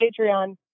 patreon